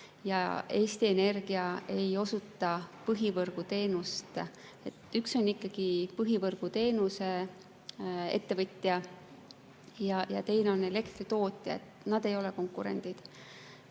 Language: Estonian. ja Eesti Energia ei osuta põhivõrguteenust. Üks on ikkagi põhivõrguteenuse ettevõtja ja teine on elektritootja, nad ei ole konkurendid.